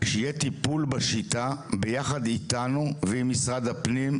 שיהיה טיפול בשיטה ביחד איתנו ועם משרד הפנים,